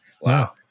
Wow